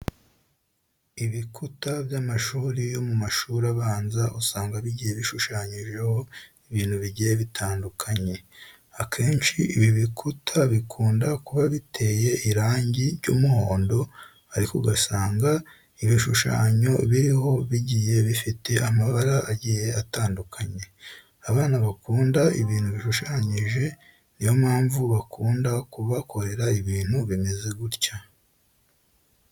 Ibikuta by'amashuri yo mu mashuri abanza usanga bigiye bishushanyijeho ibintu bigiye bitandukanye. Akenshi ibi bukuta bikunda kuba biteye irangi ry'aumuhondo ariko ugasanga ibinshushanyo biriho bigiye bifite amabara agiye atandukanye. Abana bakunda ibintu bishushanyije ni yo mpamvu bakunda kubakorera ibintu bimeze gutya.